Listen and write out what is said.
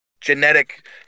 genetic